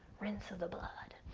rinse the blood.